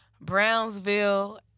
brownsville